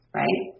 right